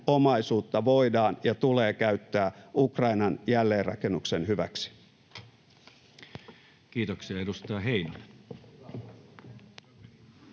omaisuutta voidaan ja tulee käyttää Ukrainan jälleenrakennuksen hyväksi. Kiitoksia. — Edustaja Heinonen.